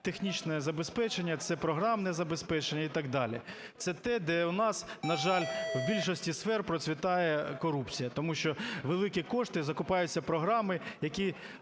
технічне забезпечення, це програмне забезпечення і так далі, це те, де у нас, на жаль, в більшості сфер процвітає корупція, тому що великі кошти, закупаються програми, які…